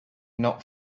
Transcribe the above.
not